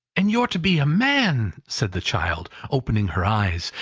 and you're to be a man! said the child, opening her eyes,